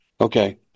Okay